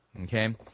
okay